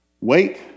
Wait